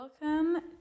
Welcome